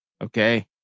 Okay